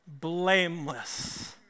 blameless